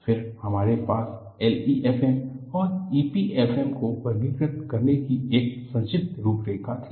फिर हमारे पास LEFM और EPFM को वर्गीकृत करने की एक संक्षिप्त रूपरेखा थी